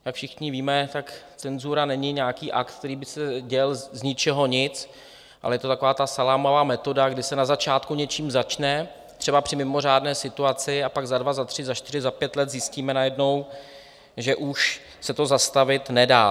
Jak všichni víme, cenzura není nějaký akt, který by se děl z ničeho nic, ale je to taková ta salámová metoda, kdy se na začátku něčím začne, třeba při mimořádné situaci, a pak za dva, za tři, za čtyři, za pět let zjistíme najednou, že už se to zastavit nedá.